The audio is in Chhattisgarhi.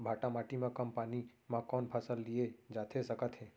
भांठा माटी मा कम पानी मा कौन फसल लिए जाथे सकत हे?